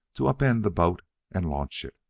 to up-end the boat and launch it.